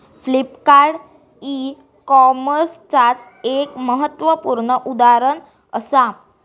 Flipkart e कॉमर्सचाच एक महत्वपूर्ण उदाहरण असा